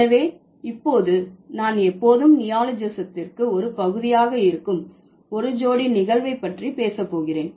எனவே இப்போது நான் எப்போதும் நியோலோஜிஸத்தில் ஒரு பகுதியாக இருக்கும் ஒரு ஜோடி நிகழ்வை பற்றி பேச போகிறேன்